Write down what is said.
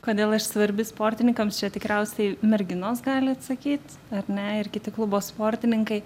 kodėl aš svarbi sportininkams čia tikriausiai merginos gali atsakyt ar ne ir kiti klubo sportininkai